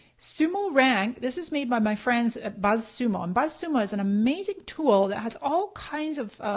sumorank, this is made by my friends at buzzsumo. um buzzsumo is an amazing tool that has all kinds of